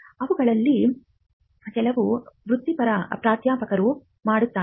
ಇವುಗಳಲ್ಲಿ ಕೆಲವು ವೃತ್ತಿಪರ ಪ್ರಾಧ್ಯಾಪಕರು ಮಾಡುತ್ತಾರೆ